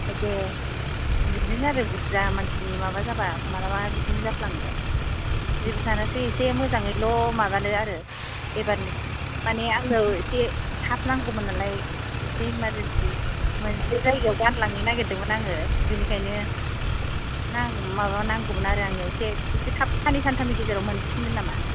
दे बिदिनो आरो बुरजा मानसिनि माबा जाबा मालाबा बिदिनो जाफ्लांयो जेबो सानासै एसे मोजाङैल' माबादो आरो एबारनिफ्राय मानि आंनो एसे थाब नांगौमोन नालाय एसे इमारजेनसि मोनसे जायगायाव गानलांनो नागिरदोंमोन आङो बिनिखायनो माबा नांगौमोन आरो एसे थाब साननै सानथामनि गेजेराव मोनफिनगोन नामा